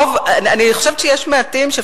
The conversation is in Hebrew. אני חושבת שיש מעטים בכנסת,